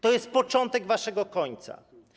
To jest początek waszego końca.